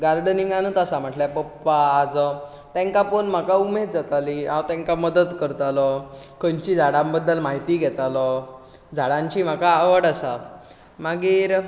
गार्डनींगानूत आसा म्हणल्यार पप्पा आजो तेंका पळोवन म्हाका उमेद जाताली हांव तेंकां मदत करतालो खंयची झाडां बद्दल म्हायती घेतालो झाडांची म्हाका आवड आसा मागीर